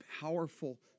powerful